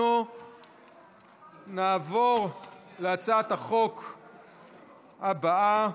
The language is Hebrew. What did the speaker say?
אנחנו נעבור להצעת החוק הבאה,